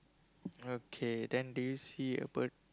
okay then do you see a bird